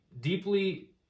deeply